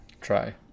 try